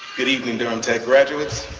good evening durham tech graduates,